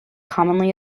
commonly